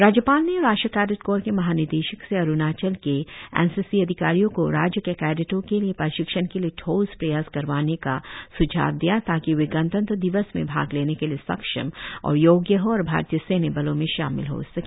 राज्यपाल ने राष्ट्रीय कैडेट कोर के महानिदेशक से अरुणाचल के एन सी सी अधिकारियों को राज्य के कैडेटों के लिए प्रशिक्षण के लिए ठोस प्रयास करवाने कर स्झाव दिया ताकि वे गनतंत्र दिवस में भाग लेने के लिए सक्षम और योग्य हो और भारतीय सैन्य बलों में शामिल हो सके